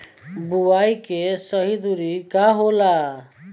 बुआई के सही दूरी का होला?